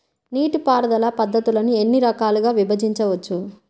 నీటిపారుదల పద్ధతులను ఎన్ని రకాలుగా విభజించవచ్చు?